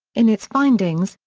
in its findings,